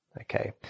Okay